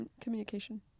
communication